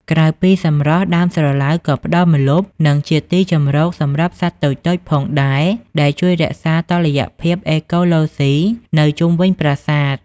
ក្រៅពីសម្រស់ ដើមស្រឡៅក៏ផ្តល់ម្លប់ និងជាទីជម្រកសម្រាប់សត្វតូចៗផងដែរ ដែលជួយរក្សាតុល្យភាពអេកូឡូស៊ីនៅជុំវិញប្រាសាទ។